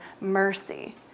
Mercy